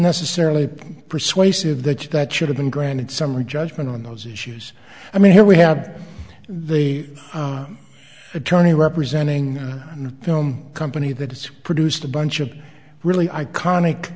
necessarily persuasive that you that should have been granted summary judgment on those issues i mean here we have the attorney representing the film company that it's produced a bunch of really iconic